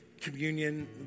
communion